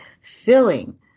filling